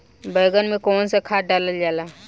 बैंगन में कवन सा खाद डालल जाला?